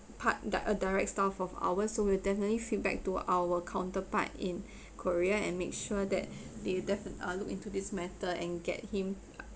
part di~ a direct staff of ours so we'll definitely feedback to our counterpart in korea and make sure that they defi~ uh look into this matter and get him